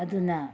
ꯑꯗꯨꯅ